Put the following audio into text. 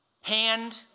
Hand